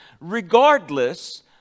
regardless